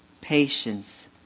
Patience